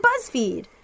BuzzFeed